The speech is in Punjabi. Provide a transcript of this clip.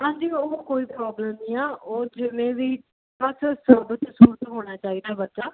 ਹਾਂਜੀ ਉਹ ਕੋਈ ਪ੍ਰੋਬਲਮ ਨਹੀਂ ਆ ਉਹ ਜਿਵੇਂ ਵੀ ਬਸ ਸਾਬਤ ਸੂਰਤ ਹੋਣਾ ਚਾਹੀਦਾ ਬੱਚਾ